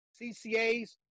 CCAs